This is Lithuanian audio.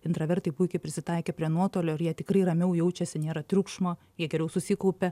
intravertai puikiai prisitaikė prie nuotolio ir jie tikrai ramiau jaučiasi nėra triukšmo jie geriau susikaupia